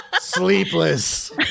Sleepless